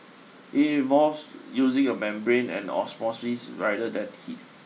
it involves using a membrane and osmosis rather than heat